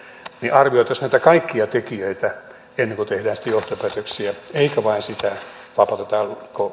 arvioitaisiin näitä kaikkia tekijöitä ennen kuin tehdään sitten johtopäätöksiä ei vain sitä vapautetaanko